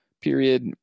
period